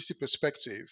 perspective